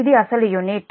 ఇది అసలు యూనిట్